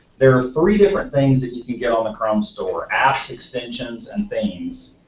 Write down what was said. there are three different things that you can get on the chrome store, apps, extensions, and themes.